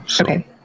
Okay